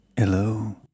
Hello